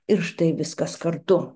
ir štai viskas kartu